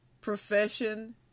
profession